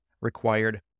required